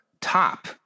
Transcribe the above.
top